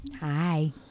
Hi